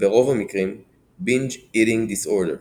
ברוב המקרים Binge Eating Disorder,